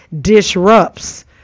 disrupts